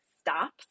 stops